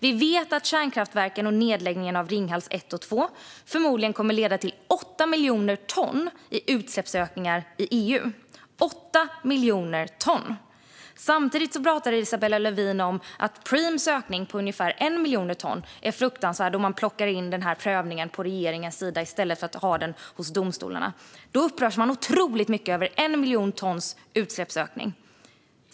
Vi vet att nedläggningen av kärnkraftverken Ringhals 1 och 2 förmodligen kommer att leda till 8 miljoner ton i utsläppsökningar i EU - 8 miljoner ton! Isabella Lövin pratar om att Preems ökning på ungefär 1 miljon ton är fruktansvärd, och man plockar in prövningen av detta hos regeringen i stället för att ha den hos domstolarna. Man upprörs otroligt mycket över 1 miljon ton i utsläppsökning.